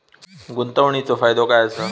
गुंतवणीचो फायदो काय असा?